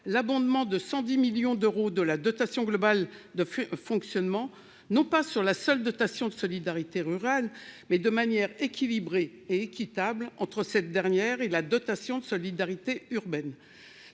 l'abondement de 110 millions d'euros de la dotation globale de fonctionnement, non pas sur la seule dotation de solidarité rurale mais de manière équilibrée et équitable entre cette dernière et la dotation de solidarité urbaine,